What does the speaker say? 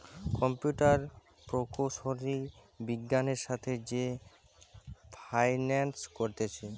computer প্রকৌশলী বিজ্ঞানের সাথে যে ফাইন্যান্স করতিছে